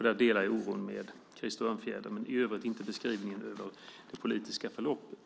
Där delar jag oron med Krister Örnfjäder men i övrigt inte beskrivningen av det politiska förloppet.